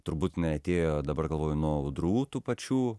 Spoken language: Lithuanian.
turbūt jinai atėjo dabar galvoju nuo audrų tų pačių